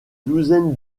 douzaine